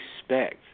expect